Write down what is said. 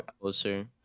closer